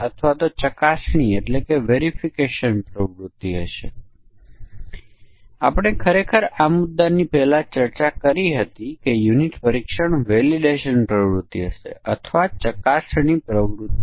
આપણે કહ્યું કે જો ઇનપુટ મૂલ્ય સમકક્ષ વર્ગોનો સેટ ગણાય તો આપણી પાસે 1 માન્ય સમકક્ષ વર્ગ અને 1 અમાન્ય સમકક્ષ વર્ગ છે જે કાં તો a b c છે અથવા જે a b c માથી એક પણ નથી